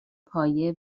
پایه